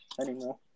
anymore